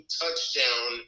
touchdown